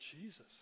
Jesus